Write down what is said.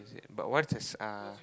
is it but what's the uh